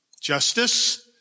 Justice